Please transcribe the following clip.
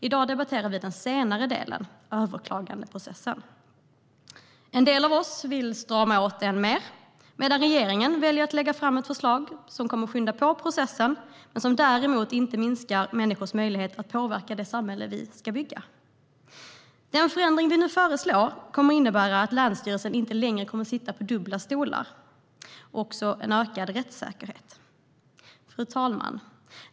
I dag debatterar vi den senare delen: överklagandeprocessen. En del av oss vill strama åt den mer, medan regeringen väljer att lägga fram ett förslag som kommer att skynda på processen men som inte minskar människors möjlighet att påverka det samhälle vi ska bygga. De förändringar vi nu föreslår kommer att innebära att länsstyrelsen inte längre kommer att sitta på dubbla stolar. Det innebär också en ökad rättssäkerhet. Fru talman!